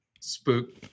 spook